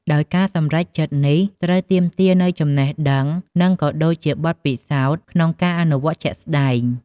ដោយការសម្រេចចិត្តនេះត្រូវទាមទារនូវចំណេះដឹង និងក៏ដូចជាបទពិសោធន៍ក្នុងការអនុវត្តជាក់ស្តែង។